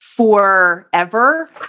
forever